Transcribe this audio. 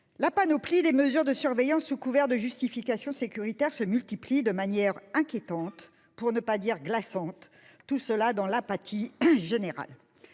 La panoplie des mesures de surveillance, sous couvert de justification sécuritaire, s'enrichit de manière inquiétante, pour ne pas dire glaçante, et ce dans l'apathie générale.